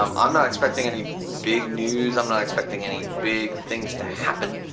um i'm not expecting any big news. i'm not expecting any big things to happen,